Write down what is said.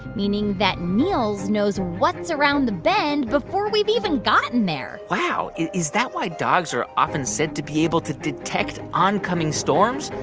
meaning that niels knows what's around the bend before we've gotten there wow. is that why dogs are often said to be able to detect oncoming storms?